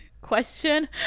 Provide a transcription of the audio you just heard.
Question